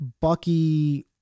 Bucky